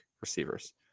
receivers